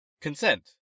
consent